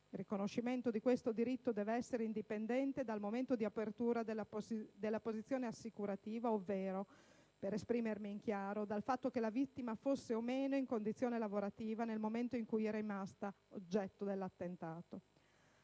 della capacità lavorativa, che deve essere indipendente dal momento di apertura della posizione assicurativa, ovvero, per essere chiari, dal fatto che la vittima fosse o meno in condizione lavorativa nel momento in cui è rimasta vittima dell'attentato.